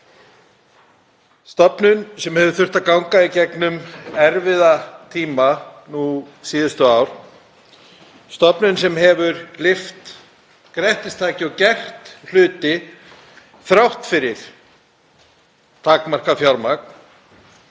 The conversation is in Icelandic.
stofnun sem hefur þurft að ganga í gegnum erfiða tíma síðustu ár, stofnun sem hefur lyft grettistaki og gert hluti þrátt fyrir takmarkað fjármagn